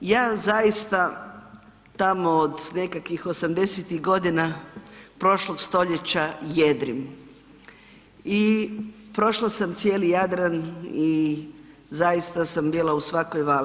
Ja zaista tamo od nekakvih '80.-tih godina prošlog stoljeća jedrim i prošla sam cijeli Jadran i zaista sam bila u svakoj vali.